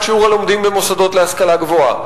שיעור הלומדים במוסדות להשכלה גבוהה?